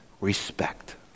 respect